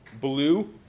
blue